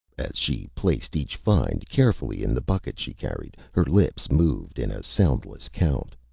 as she placed each find carefully in the bucket she carried, her lips moved in a soundless count.